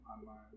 Online